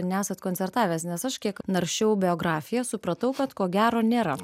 nesat koncertavęs nes aš kiek naršiau biografiją supratau kad ko gero nėra